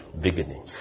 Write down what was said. Beginning